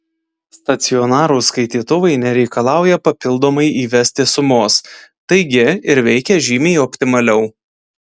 stacionarūs skaitytuvai nereikalauja papildomai įvesti sumos taigi ir veikia žymiai optimaliau